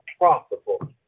profitable